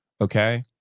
Okay